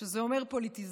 שזה אומר פוליטיזציה,